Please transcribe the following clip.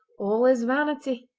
all is vanity.